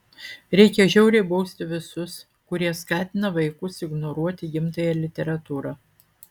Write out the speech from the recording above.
reikia žiauriai bausti visus kurie skatina vaikus ignoruoti gimtąją literatūrą